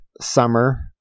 summer